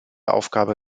aufgabe